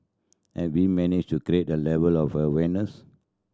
have we managed to create a level of awareness